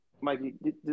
Mikey